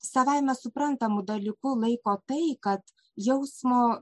savaime suprantamu dalyku laiko tai kad jausmo